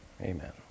Amen